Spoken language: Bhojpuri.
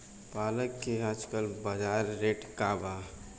पालक के आजकल बजार रेट का बा?